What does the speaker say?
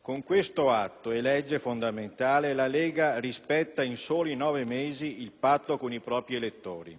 Con questo atto e legge fondamentale la Lega rispetta in soli nove mesi il patto con i propri elettori.